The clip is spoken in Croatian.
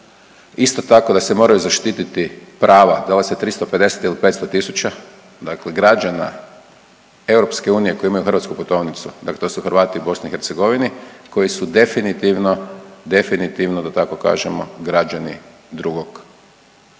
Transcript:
Isto tako da se moraju zaštiti prava da li vas je 350 ili 500 tisuća, dakle građana EU koji imaju hrvatsku putovnicu, dakle to su Hrvati u BIH koji su definitivno, definitivno da tako kažemo građani drugog